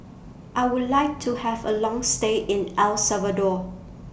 I Would like to Have A Long stay in El Salvador